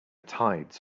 tides